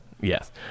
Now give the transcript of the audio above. Yes